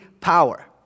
power